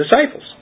disciples